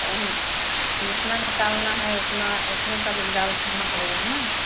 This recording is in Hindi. तओ जितना निकलना है उतना उतने का विड्राल भरना पड़ेगा ना